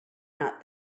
not